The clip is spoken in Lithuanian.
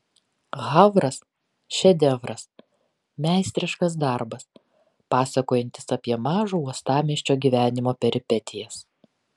havras šedevras meistriškas darbas pasakojantis apie mažo uostamiesčio gyvenimo peripetijas